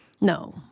No